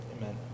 amen